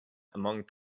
among